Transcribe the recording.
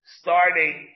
starting